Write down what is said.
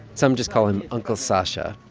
some just call him uncle sasha.